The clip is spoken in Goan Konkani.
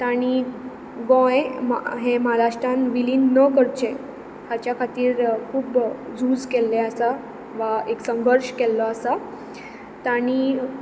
तांणी गोंय हें महाराष्ट्रांन विलीन न करचें हाचे खातीर खूब झूज केल्लें आसा वा एक संघर्श केल्लो आसा तांणी